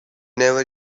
never